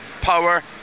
Power